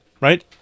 right